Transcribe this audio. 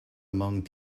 among